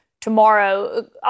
tomorrow